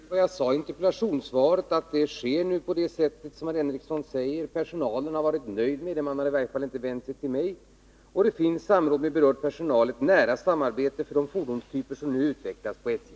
Herr talman! Jag har inte mycket att tillägga till vad jag sade i interpellationssvaret om att arbetet nu sker på det sätt som Sven Henricsson önskar. Personalen är nöjd med detta — man har i varje fall inte vänt sig till mig. Det förekommer ett samråd med berörd personal och ett nära samarbete när det gäller de fordonstyper som nu utvecklas inom SJ.